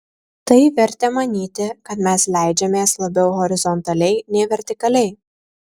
tai vertė manyti kad mes leidžiamės labiau horizontaliai nei vertikaliai